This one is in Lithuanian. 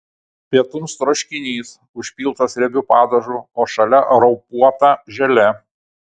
pietums troškinys užpiltas riebiu padažu o šalia raupuota želė